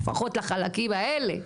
לפחות לחלקים האלה,